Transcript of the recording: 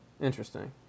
Interesting